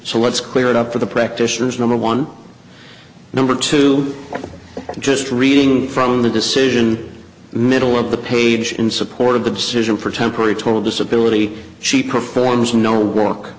let's clear it up for the practitioners number one number two just reading from the decision middle of the page in support of the decision for temporary total disability she performs no